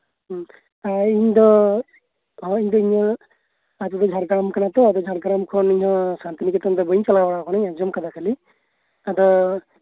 ᱦᱮᱸ ᱤᱧ ᱫᱚ ᱤᱧᱟᱹᱜ ᱡᱷᱟᱲᱜᱮᱨᱟᱢ ᱠᱟᱱᱟ ᱛᱚ ᱟᱫᱚ ᱡᱷᱟᱲᱜᱮᱨᱟᱢ ᱠᱷᱚᱱ ᱟᱱᱛᱤᱱᱤᱠᱮᱛᱚᱱ ᱵᱟᱹᱧ ᱪᱟᱞᱟ ᱵᱟᱲᱟ ᱠᱟᱱᱟ ᱟᱸᱡᱚᱢ ᱠᱟᱫᱟᱧ ᱠᱷᱞᱤ ᱟᱫᱚ